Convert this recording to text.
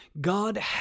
God